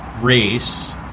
race